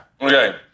Okay